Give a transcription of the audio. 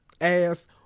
ass